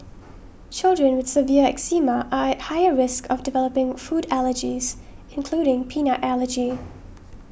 children with severe eczema are at higher risk of developing food allergies including peanut allergy